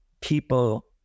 people